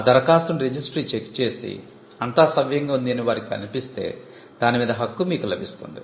ఆ దరఖాస్తుని registry check చేసి అంతా సవ్యంగా వుంది అని వారికి అనిపిస్తే దానిమీద హక్కు మీకు లభిస్తుంది